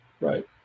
right